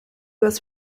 was